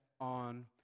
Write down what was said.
on